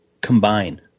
combine